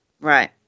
Right